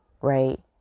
Right